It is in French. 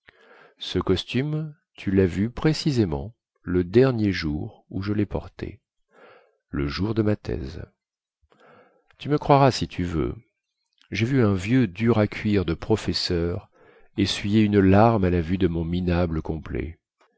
ce costume tu las vu précisément le dernier jour où je lai porté le jour de ma thèse tu me croiras si tu veux jai vu un vieux dur à cuire de professeur essuyer une larme à la vue de mon minable complet